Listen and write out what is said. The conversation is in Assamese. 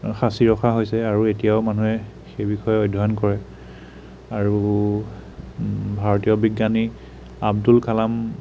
সাঁচি ৰখা হৈছে আৰু এতিয়াও মানুহে সেইবিষযে অধ্য়য়ন কৰে আৰু ভাৰতীয় বিজ্ঞানী আব্দুল কালাম